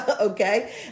Okay